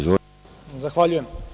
Zahvaljujem.